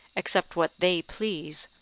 except what they please,